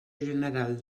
general